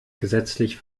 gesetzlich